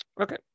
Okay